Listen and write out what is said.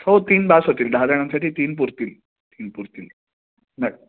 हो तीन बस होतील दहा जणांसाठी तीन पुरतील तीन पुरतील नट